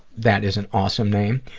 that is an awesome name.